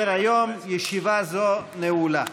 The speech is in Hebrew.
טובה, בשעה טובה.